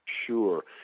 Sure